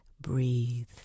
breathe